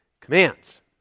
commands